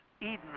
Eden